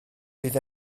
bydd